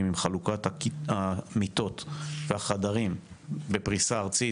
עם חלוקת המיטות והחדרים בפריסה ארצית,